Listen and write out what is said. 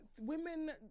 women